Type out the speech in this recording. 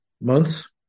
months